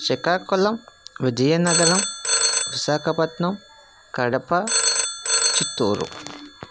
Srikakulam Vizianagaram Visakhapatnam Kadapa Chittoor